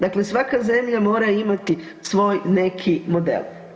Dakle, svaka zemlja mora imati svoj neki model.